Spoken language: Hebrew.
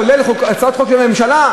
כולל הצעות חוק של הממשלה,